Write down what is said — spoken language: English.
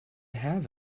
have